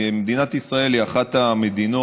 מדינת ישראל היא אחת המדינות